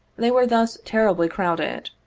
they were thus terribly crowded.